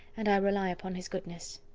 and i rely upon his goodness.